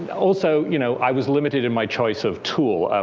but also, you know i was limited in my choice of tool.